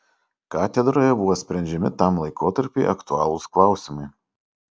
katedroje buvo sprendžiami tam laikotarpiui aktualūs klausimai